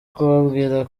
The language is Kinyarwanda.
kubabwira